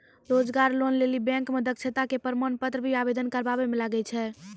रोजगार लोन लेली बैंक मे दक्षता के प्रमाण पत्र भी आवेदन करबाबै मे लागै छै?